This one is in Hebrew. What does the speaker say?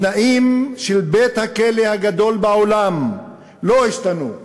התנאים של בית-הכלא הגדול בעולם לא השתנו.